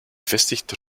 gevestigd